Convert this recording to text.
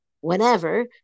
whenever